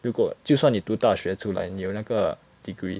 如果就算你读大学出来你有那个 degree